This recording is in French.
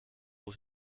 pour